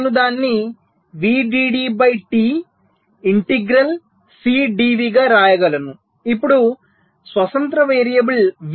నేను దానిని VDD by T integral C dV గా వ్రాయగలను ఇప్పుడు స్వతంత్ర వేరియబుల్ V